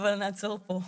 תמיד, אבל נעצור פה.